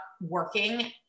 working